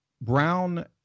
Brown